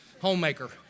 Homemaker